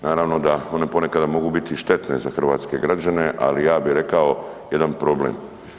Naravno da oni ponekada mogu biti i štetne za hrvatske građane, ali ja bih rekao jedan problem.